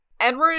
Edward